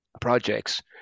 projects